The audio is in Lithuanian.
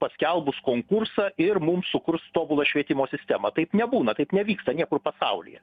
paskelbus konkursą ir mums sukurs tobulą švietimo sistemą taip nebūna taip nevyksta niekur pasaulyje